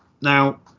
now